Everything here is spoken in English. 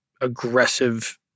aggressive